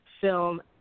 film